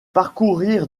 parcourir